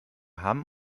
haben